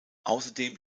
außerdem